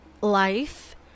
life